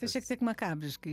tai čia šiek tiek makabriškai